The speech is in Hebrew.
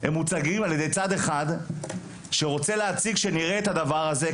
הם מוצגים על ידי צד אחד שרוצה להציג שנראה את הדבר הזה,